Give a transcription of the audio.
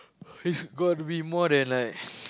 it's gotta be more than like